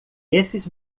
esses